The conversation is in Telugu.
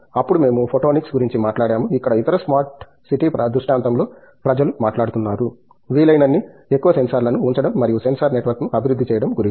అప్పుడు మేము ఫోటోనిక్స్ గురించి మాట్లాడాము ఇక్కడ ఇతర స్మార్ట్ సిటీ దృష్టాంతంలో ప్రజలు మాట్లాడుతున్నారు వీలైనన్ని ఎక్కువ సెన్సార్లను ఉంచడం మరియు సెన్సార్ నెట్వర్క్ను అభివృద్ధి చేయడం గురించి